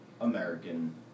American